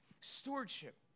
Stewardship